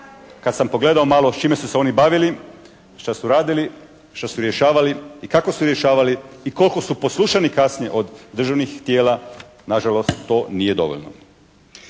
Kad sam pogledao malo s čime su se oni bavili, šta su radili, šta su rješavali i kako su rješavali i koliko su poslušani kasnije od državnih tijela, nažalost to nije dovoljno.